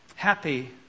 happy